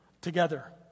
together